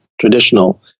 traditional